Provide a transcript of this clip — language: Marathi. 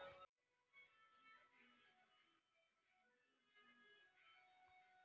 क्रेडिट कार्डद्वारे महिन्यातून मी किती वेळा रक्कम काढू शकतो?